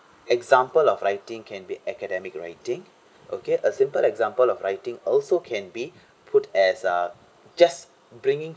example of writing can be academic writing okay a simple example of writing also can be put as uh just bringing